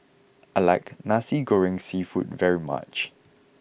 I like Nasi Goreng Seafood very much